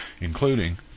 including